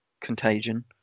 Contagion